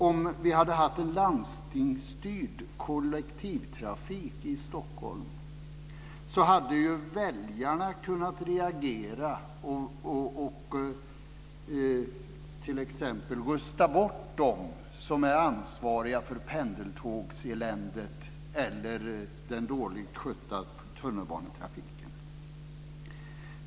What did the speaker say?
Om vi hade haft en landstingsstyrd kollektivtrafik i Stockholm hade ju väljarna kunnat reagera och t.ex. röstat bort dem som är ansvariga för pendeltågseländet eller den dåligt skötta tunnelbanetrafiken.